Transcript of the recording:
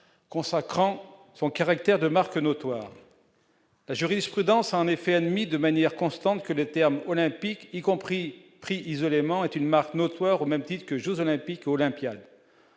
consacrant son caractère de marques notoires. La jurisprudence a en effet admis de manière constante que les termes olympique y compris pris isolé ment est une marque notoire au même titre que je olympique Olympia